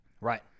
Right